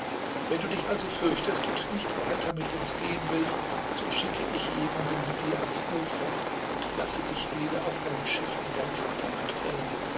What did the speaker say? wenn du dich also fürchtest und nicht weiter mit uns gehen willst so schicke ich jemanden mit dir ans ufer und lasse dich wieder auf einem schiff in dein vaterland bringen